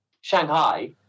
Shanghai